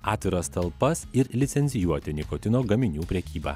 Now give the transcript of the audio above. atviras talpas ir licencijuoti nikotino gaminių prekybą